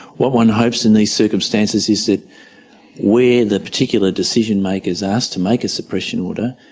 what one hopes in these circumstances is that where the particular decision-maker is asked to make a suppression order,